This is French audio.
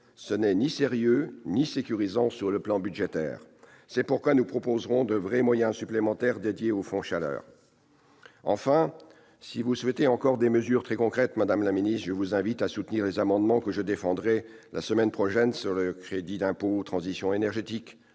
Ce n'est ni sérieux ni sécurisant sur le plan budgétaire, raison pour laquelle nous proposerons de vrais moyens supplémentaires dédiés au fonds chaleur. Enfin, si vous souhaitez encore des mesures très concrètes, madame la ministre, je vous invite à soutenir les amendements sur le crédit d'impôt pour la transition énergétique